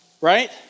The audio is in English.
right